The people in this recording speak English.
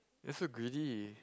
they're so greedy